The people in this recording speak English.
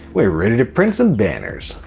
we're ready to print some banners.